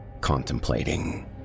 contemplating